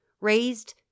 raised